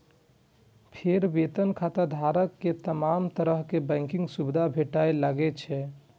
फेर वेतन खाताधारक कें तमाम तरहक बैंकिंग सुविधा भेटय लागै छै